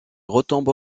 retombe